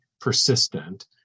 persistent